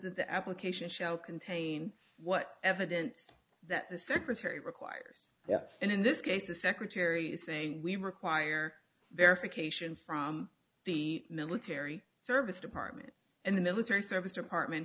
that the application shall contain what evidence that the secretary requires and in this case the secretary saying we require verification from the military service department and the military service department